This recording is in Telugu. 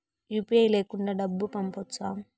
యు.పి.ఐ లేకుండా డబ్బు పంపొచ్చా